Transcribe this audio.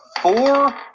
four